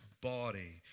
body